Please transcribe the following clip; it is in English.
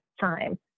time